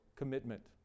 commitment